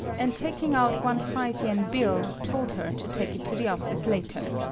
and taking out one five yen bill told her to take it to the office later.